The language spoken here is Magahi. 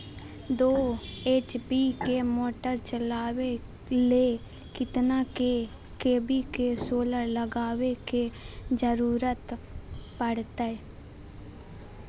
दो एच.पी के मोटर चलावे ले कितना के.वी के सोलर लगावे के जरूरत पड़ते?